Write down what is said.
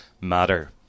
matter